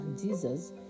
jesus